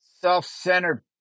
Self-centered